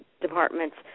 departments